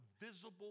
visible